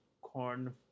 corn